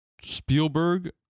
Spielberg